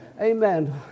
Amen